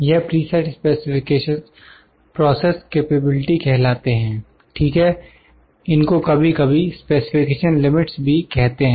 यह preset specifications process capability कहलाते हैं ठीक है इनको कभी कभी स्पेसिफिकेशन लिमिट्स भी कहते हैं